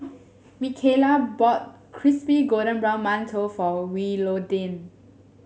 Mikayla bought Crispy Golden Brown Mantou for Willodean